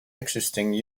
existing